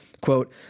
quote